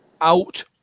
out